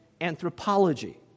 anthropology